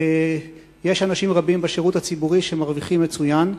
יש אנשים רבים בשירות הציבורי שמרוויחים מצוין.